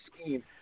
scheme